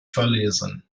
verlesen